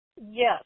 Yes